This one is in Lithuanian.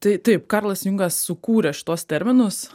tai taip karlas jungas sukūrė šituos terminus